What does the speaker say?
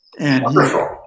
Wonderful